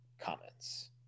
comments